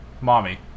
Mommy